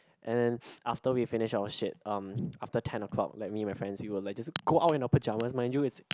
and then after we finish our shit um after ten o-clock like me and friends we will like just go out in our pajamas mind you it's